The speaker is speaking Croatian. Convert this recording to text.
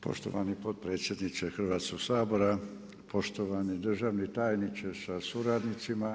Poštovani potpredsjedniče Hrvatskog sabora, poštovani državni tajniče sa suradnicima.